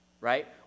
right